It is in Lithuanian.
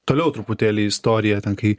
toliau truputėlį į istoriją ten kai